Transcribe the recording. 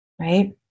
right